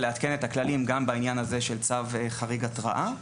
לעדכן את הכללים גם בעניין הזה של צו חריג התראה.